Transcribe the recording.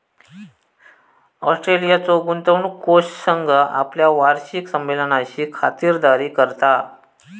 ऑस्ट्रेलियाचो गुंतवणूक कोष संघ आपल्या वार्षिक संमेलनाची खातिरदारी करता